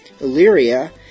Illyria